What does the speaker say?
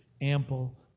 ample